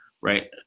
Right